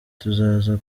tuzaza